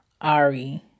Ari